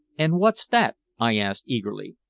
and what's that? i asked eagerly.